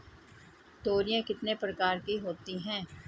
तोरियां कितने प्रकार की होती हैं?